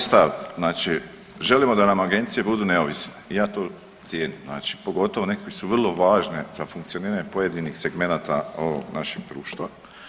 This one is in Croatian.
Moj stav, znači želimo da nam agencije budu neovisne, ja to cijenim, znači pogotovo neke koje su vrlo važne za funkcioniranje pojedinih segmenata ovog našeg društva.